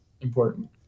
important